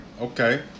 Okay